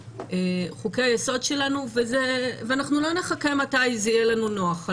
מחוקי היסוד שלנו ואנחנו לא נחכה מתי יהיה לנו נוח.